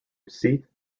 receipt